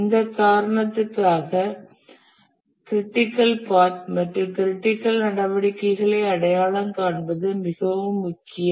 இந்த காரணத்திற்காக critical path மற்றும் க்ரிட்டிக்கல் நடவடிக்கைகளை அடையாளம் காண்பது மிகவும் முக்கியம்